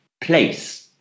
place